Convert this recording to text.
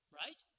right